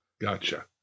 Gotcha